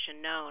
known